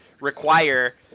require